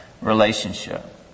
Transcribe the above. relationship